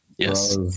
yes